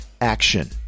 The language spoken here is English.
action